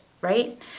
right